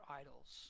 idols